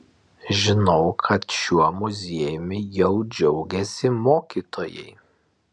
žinau kad šiuo muziejumi jau džiaugiasi mokytojai